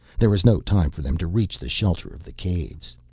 there is no time for them to reach the shelter of the caves.